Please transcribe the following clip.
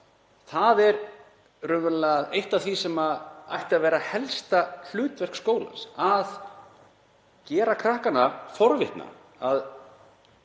eitt af því sem ætti að vera helsta hlutverk skólans; að gera krakkana forvitna,